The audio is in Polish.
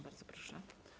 Bardzo proszę.